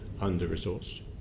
under-resourced